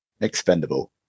Expendable